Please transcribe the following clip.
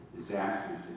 disasters